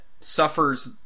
suffers